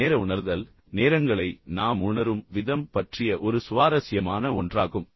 இது நேர உணர்தல் நேரங்களை நாம் உணரும் விதம் பற்றிய ஒரு சுவாரஸ்யமான ஒன்றாகும்